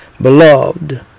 beloved